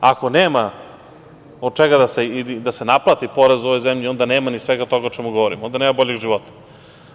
Ako nema od čega da se naplati porez u ovoj zemlji, onda nema ni svega toga o čemu govorim, onda nema ni boljeg života.